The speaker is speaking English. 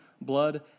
blood